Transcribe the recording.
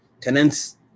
tenants